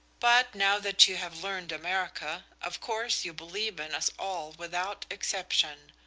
but now that you have learned america, of course you believe in us all without exception.